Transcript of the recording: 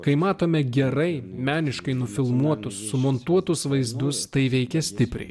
kai matome gerai meniškai nufilmuotus sumontuotus vaizdus tai veikia stipriai